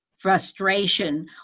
frustration